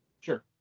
Sure